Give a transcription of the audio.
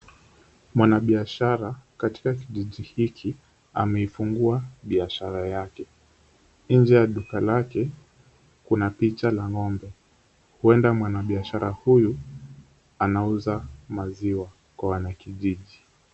Mwanabiashara, katika kijiji hiki, ameifungua biashara yake. Nje ya duka lake, kuna picha la ng'ombe. Huenda mwanabiashara huyu anauza maziwa kwa wanakijiji.